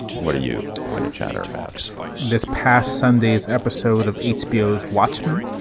what are you going to chatter about this past sunday's episode of hbo? watchmen,